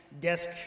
desk